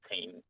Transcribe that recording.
team